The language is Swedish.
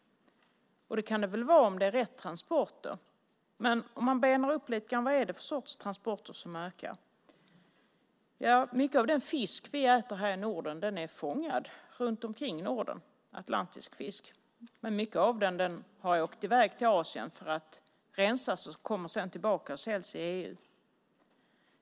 Och så kan det väl vara om det är rätt transporter. Men om man benar upp det lite grann: Vad är det för sorts transporter som ökar? Jo, mycket av den fisk vi äter här i Norden är fångad runt omkring Norden - det är atlantisk fisk. Men mycket av den har åkt iväg till Asien för att rensas, och sedan kommer den tillbaka och säljs i EU.